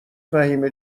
فهیمه